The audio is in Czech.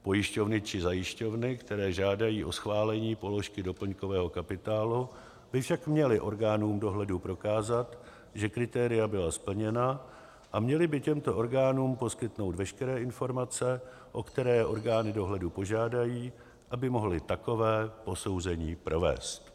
Pojišťovny či zajišťovny, které žádají o schválení položky doplňkového kapitálu, by však měly orgánům dohledu prokázat, že kritéria byla splněna, a měly by těmto orgánům poskytnout veškeré informace, o které je orgány dohledu požádají, aby mohly takové posouzení provést.